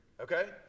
okay